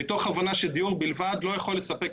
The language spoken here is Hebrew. כל זאת מתוך הבנה שדיור בלבד לא יכול לספק